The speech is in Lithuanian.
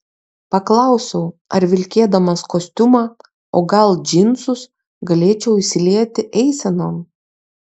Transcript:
paklausiau ar vilkėdamas kostiumą o gal džinsus galėčiau įsilieti eisenon